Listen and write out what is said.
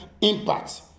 impact